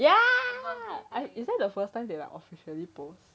ya is that the first time they officially posts